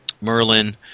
Merlin